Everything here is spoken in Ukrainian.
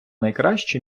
найкраще